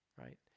right